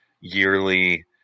yearly